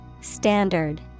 Standard